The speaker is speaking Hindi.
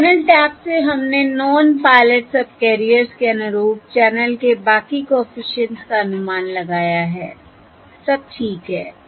और चैनल टैप्स से हमने नॉन पायलट सबकेरियर्स के अनुरूप चैनल के बाकी कॉफिशिएंट्स का अनुमान लगाया है सब ठीक है